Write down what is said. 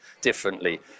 differently